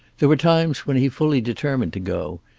there were times when he fully determined to go,